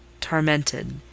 tormented